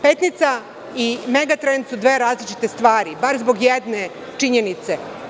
Petnica i Megatrend su dve različite stvari, bar zbog jedne činjenice.